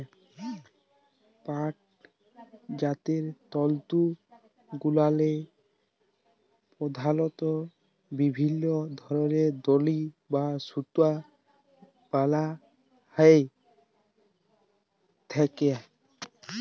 পাটজাত তলতুগুলাল্লে পধালত বিভিল্ল্য ধরলের দড়ি বা সুতা বলা হ্যঁয়ে থ্যাকে